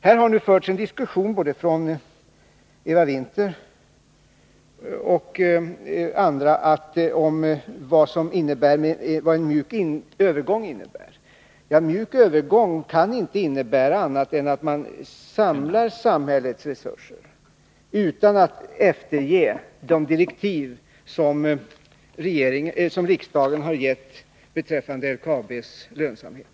Här har förts en diskussion av Eva Winther och andra om vad en mjuk övergång innebär. En mjuk övergång kan inte innebära annat än att man samlar samhällets resurser utan att ge efter på de direktiv som riksdagen har gett beträffande LKAB:s lönsamhet.